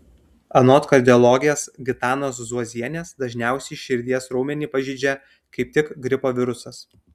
anot kardiologės gitanos zuozienės dažniausiai širdies raumenį pažeidžia kaip tik gripo virusas